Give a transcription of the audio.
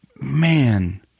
man